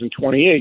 2028